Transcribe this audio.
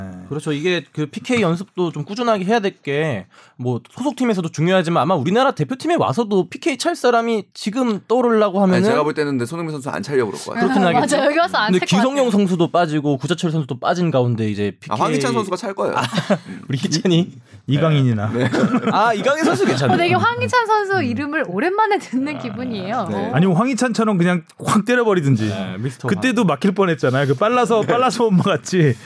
네. 그렇죠. 이게 그 PK 연습도 좀 꾸준하게 해야 될 게 뭐 소속팀에서도 중요하지만 아마 우리나라 대표팀에 와서도 PK 찰 사람이 지금 떠오르려고 하면은 아니, 제가 볼 때는 근데 손흥민 선수 안 찰려고 그럴 것 같아요. 그렇긴 맞아요. 하겠죠. 여기 와서 근데 안 찰 것 같아요. 기성용 선수도 빠지고 구자철 선수도 빠진 가운데 이제 아, PK- 황희찬 선수가 찰 거예요. 아, 음. 우리 희찬이? 이- 이강인이나. 네. 아, 이강인 선수 괜찮아요. 어, 되게 황희찬 선수 이름을 오랜만에 듣는 아. 기분이에요. 어. 네. 아니면 황희찬처럼 그냥 확 때려버리든지. 네, 미스터 그때도 황. 막힐 뻔했잖아요. 그 빨라서- 빨라서 엄마 같이